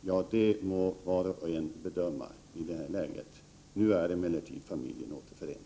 ja, det må var och en bedöma. Nu är familjen emellertid återförenad.